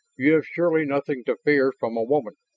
you have surely nothing to fear from a woman.